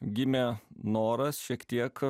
gimė noras šiek tiek